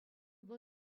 вӑл